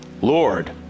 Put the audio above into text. Lord